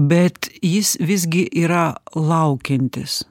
bet jis visgi yra laukiantis